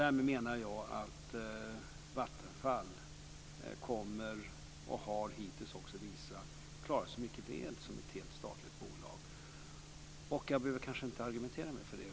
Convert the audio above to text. Därmed menar jag att Vattenfall kommer att klara sig mycket väl som ett helt statligt bolag, och det har också visat sig hittills. Jag behöver kanske inte argumentera mer för det.